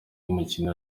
mukino